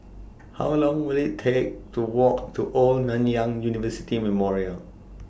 How Long Will IT Take to Walk to Old Nanyang University Memorial